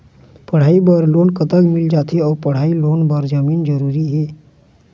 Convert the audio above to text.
पढ़ई बर लोन कतका मिल जाथे अऊ पढ़ई लोन बर जमीन जरूरी हे?